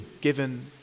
given